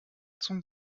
zum